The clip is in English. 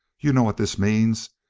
you know what this means.